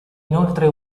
inoltre